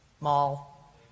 Mall